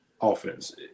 offense